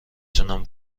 تونم